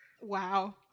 Wow